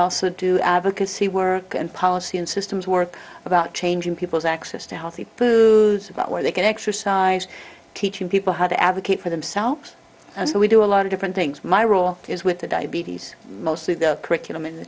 also do advocacy work and policy and systems work about changing people's access to healthy foods about where they can exercise teaching people how to advocate for themselves and so we do a lot of different things my role is with the diabetes mostly the curriculum and the